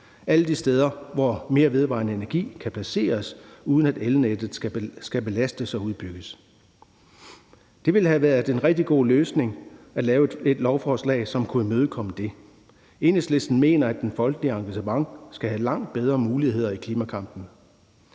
alle de steder, hvor mere vedvarende energi kan placeres, uden at elnettet skal belastes og udbygges. Det ville have været en rigtig god løsning at lave et lovforslag, som kunne imødekomme det. Enhedslisten mener, at det folkelige engagement skal have langt bedre muligheder i klimakampen.